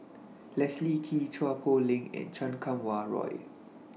Leslie Kee Chua Poh Leng and Chan Kum Wah Roy